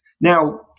Now